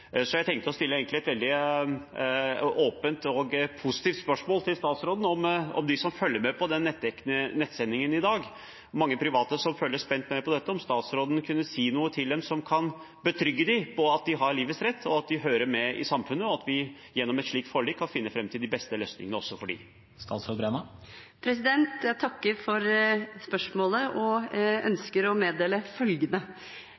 Så jeg tenkte egentlig å stille et veldig åpent og positivt spørsmål til statsråden: Kan statsråden si noe til de mange private som følger spent med på nettsendingen i dag, som kan betrygge dem om at de har livets rett, at de hører med i samfunnet, og at vi gjennom et slikt forlik kan finne fram til de beste løsningene også for dem? Jeg takker for spørsmålet og